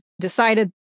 decided